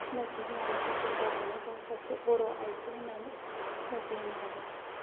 सिनायथि होनानै जों गावखौनो गाव सासे बर' आइजो होननानै सिनायथि होनो हागोन